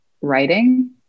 writing